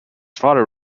father